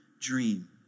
dream